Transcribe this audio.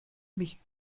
mich